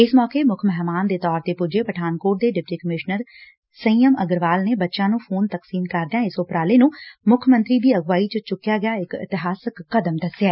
ਇਸ ਮੌਕੇ ਮੁੱਖ ਮਹਿਮਾਨ ਦੇ ਤੌਰ ਤੇ ਪੁੱਜੇ ਪਠਾਨਕੋਟ ਦੇ ਡਿਪਟੀ ਕਮਿਸ਼ਨਰ ਸੰਯਮ ਅਗਰਵਾਲ ਨੇ ਬੱਚਿਆਂ ਨੂੰ ਫੋਨ ਤਕਸੀਮ ਕਰਦਿਆਂ ਇਸ ਉਪਰਾਲੇ ਨੂੰ ਮੁੱਖ ਮੰਤਰੀ ਦੀ ਅਗਵਾਈ ਚ ਚੁਕਿਆ ਇਕ ਇਤਿਹਾਸਕ ਕਦਮ ਦਸਿਆ